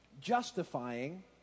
justifying